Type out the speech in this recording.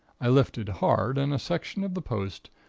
i lifted hard, and a section of the post,